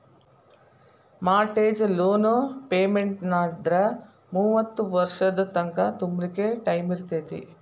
mortgage loan ಪೆಮೆನ್ಟಾದ್ರ ಮೂವತ್ತ್ ವರ್ಷದ್ ತಂಕಾ ತುಂಬ್ಲಿಕ್ಕೆ ಟೈಮಿರ್ತೇತಿ